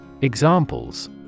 Examples